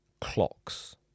clocks